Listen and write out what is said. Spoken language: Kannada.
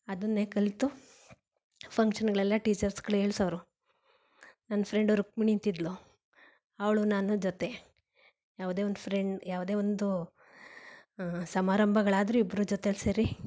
ಅದನ್ನೆ ಕಲಿತು ಫಂಕ್ಷನ್ನುಗಳೆಲ್ಲ ಟೀಚರ್ಸ್ಗಳು ಹೇಳಿಸೋರು ನನ್ನ ಫ್ರೆಂಡ್ ರುಕ್ಮಿಣಿ ಅಂತಿದ್ದಳು ಅವಳು ನಾನು ಜೊತೆ ಯಾವುದೇ ಒಂದು ಫ್ರೆಂಡ್ ಯಾವುದೇ ಒಂದು ಸಮಾರಂಭಗಳಾದ್ರೂ ಇಬ್ಬರೂ ಜೊತೇಲಿ ಸೇರಿ